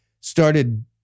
started